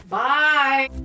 bye